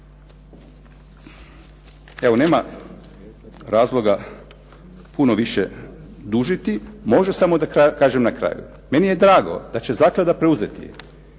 Evo nema razloga puno više dužiti. Može samo da kažem na kraju, meni je drago da će zaklada preuzeti